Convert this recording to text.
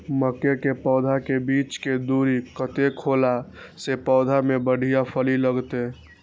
मके के पौधा के बीच के दूरी कतेक होला से पौधा में बढ़िया फली लगते?